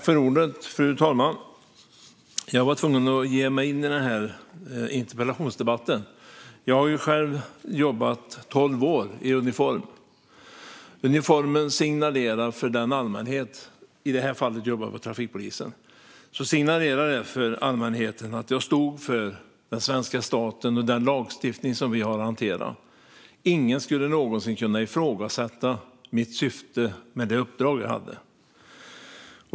Fru talman! Jag var tvungen att ge mig in i interpellationsdebatten, för jag har själv jobbat i tolv år i uniform - i det här fallet jobbade jag vid trafikpolisen. Uniformen signalerade för den allmänhet jag mötte att jag stod för den svenska staten och den lagstiftning som vi har att hantera. Ingen skulle någonsin kunna ifrågasätta mitt syfte med det uppdrag jag hade.